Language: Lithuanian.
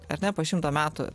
ar ne po šimto metų